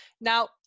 Now